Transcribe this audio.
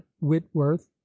whitworth